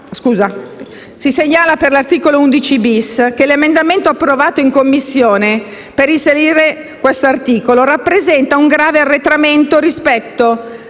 Si segnala, in proposito, che l'emendamento approvato in Commissione per inserire tale articolo rappresenta un grave arretramento rispetto